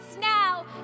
now